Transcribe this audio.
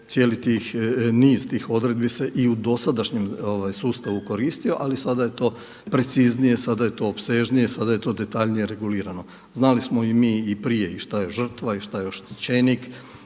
cijeli niz tih odredbi i u dosadašnjem sustavu koristio, ali sada je to preciznije, sada je to opsežnije, sada je to detaljnije regulirano. Znali smo i mi i prije i šta je žrtva, i šta je oštećenik